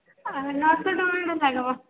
ନଅ ଶହ ଟଙ୍କା ଖଣ୍ଡେ ଲାଗିବ